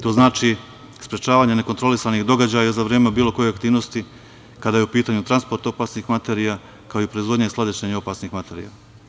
To znači sprečavanje nekontrolisanih događaja za vreme bilo koje aktivnosti kada je u putanju transport opasnih materija, kao i proizvodnja i skladištenje opasnih materija.